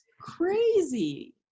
crazy